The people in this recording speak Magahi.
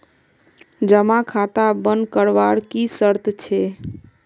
जमा खाता बन करवार की शर्त छे?